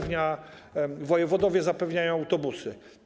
Wojewodowie zapewniają autobusy.